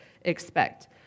expect